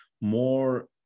more